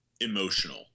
emotional